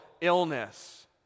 illness